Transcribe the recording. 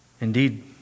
Indeed